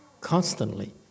constantly